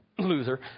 loser